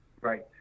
right